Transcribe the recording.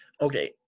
okay